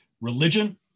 Religion